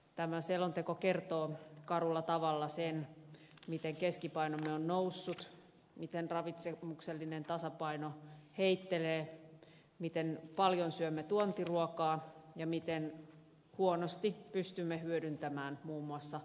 tämä selonteko kertoo karulla tavalla sen miten keskipainomme on noussut miten ravitsemuksellinen tasapaino heittelee miten paljon syömme tuontiruokaa ja miten huonosti pystymme hyödyntämään muun muassa lähiruokaamme